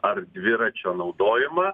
ar dviračio naudojimą